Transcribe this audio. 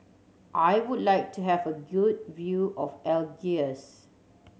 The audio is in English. I would like to have a good view of Algiers